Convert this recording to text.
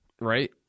right